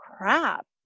crap